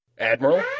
Admiral